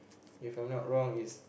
if I'm not wrong is